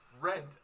rent